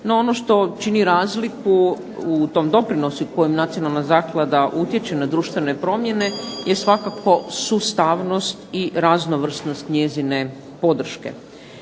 No, ono što čini razliku u tom doprinosu kojim Nacionalna zaklada utječe na društvene promjene je svakako sustavnost i raznovrsnost njezine podrške.